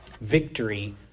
Victory